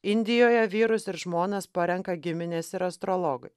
indijoje vyrus ir žmonas parenka giminės ir astrologai